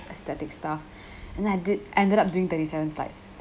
aesthetic stuff and then I did ended up doing thirty seven slides